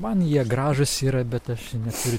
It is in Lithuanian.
man jie gražūs yra bet aš neturiu